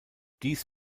dies